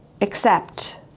accept